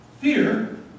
Fear